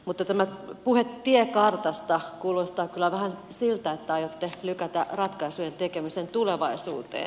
mutta tämä puhe tiekartasta kuulostaa kyllä vähän siltä että aiotte lykätä ratkaisujen tekemisen tulevaisuuteen